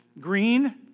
green